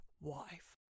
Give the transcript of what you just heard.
wife